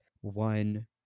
one